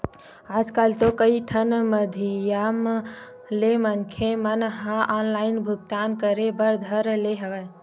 आजकल तो कई ठन माधियम ले मनखे मन ह ऑनलाइन भुगतान करे बर धर ले हवय